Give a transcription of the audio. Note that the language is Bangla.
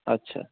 আচ্ছা